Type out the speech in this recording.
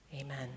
Amen